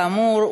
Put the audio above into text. כאמור,